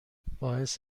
باعث